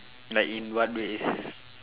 like in what ways